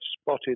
spotted